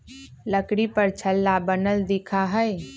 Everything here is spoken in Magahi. लकड़ी पर छल्ला बनल दिखा हई